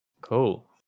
cool